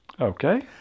Okay